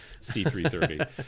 C330